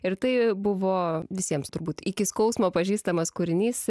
ir tai buvo visiems turbūt iki skausmo pažįstamas kūrinys